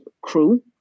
crew